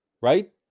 Right